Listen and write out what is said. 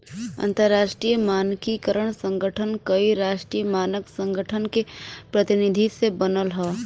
अंतरराष्ट्रीय मानकीकरण संगठन कई राष्ट्रीय मानक संगठन के प्रतिनिधि से बनल हौ